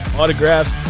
autographs